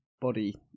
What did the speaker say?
body